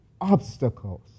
obstacles